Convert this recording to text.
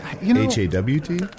H-A-W-T